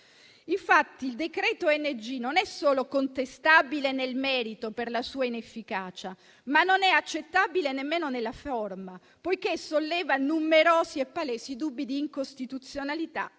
Il decreto ONG non solo è contestabile nel merito per la sua inefficacia, ma è anche non accettabile nemmeno nella forma, poiché solleva numerosi e palesi dubbi di incostituzionalità,